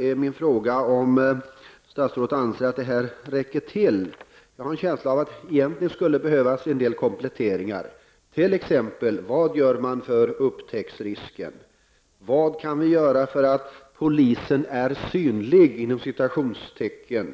är min fråga om statsrådet anser att det här räcker till. Jag har en känsla av att det skulle behövas en del kompletteringar. Vad gör man t.ex. för att öka möjligheterna till upptäckt? Vad kan vi göra för att polisen skall bli mera synlig?